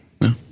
No